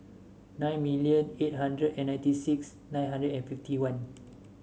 nine million eight hundred and ninety six nine hundred and fifty one